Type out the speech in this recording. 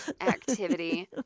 activity